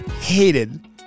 hated